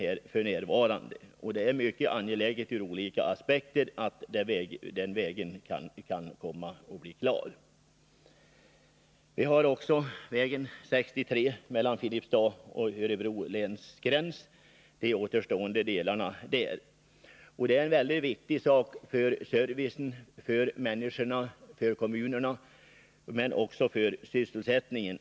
Det är därför mycket angeläget ur olika aspekter att den här sträckan kan bli klar. Ett annat projekt är de återstående delarna av väg 63 mellan Filipstad och Örebro länsgräns. Att den vägen kan byggas är mycket viktigt med tanke på kommunerna, de människor som bor där, deras service och sysselsättningen.